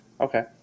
Okay